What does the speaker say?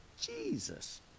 Jesus